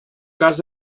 cas